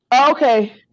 okay